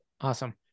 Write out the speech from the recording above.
Awesome